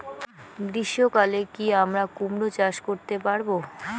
গ্রীষ্ম কালে কি আমরা কুমরো চাষ করতে পারবো?